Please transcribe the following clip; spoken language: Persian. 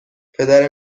پدر